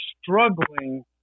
struggling